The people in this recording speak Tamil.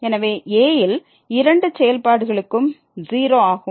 எனவே a ல் இரண்டு செயல்பாடுகளுக்கும் 0 ஆகும்